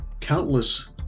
countless